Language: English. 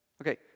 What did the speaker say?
Okay